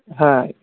हां